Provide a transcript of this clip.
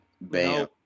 Bam